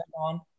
on